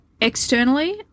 externally